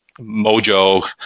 mojo